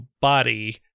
body